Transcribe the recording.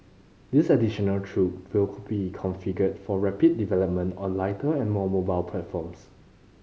this additional troop will be configured for rapid development on lighter and more mobile platforms